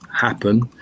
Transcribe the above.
happen